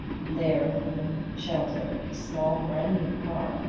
and there, within the shelter, a small, brand-new car,